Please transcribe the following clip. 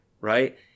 Right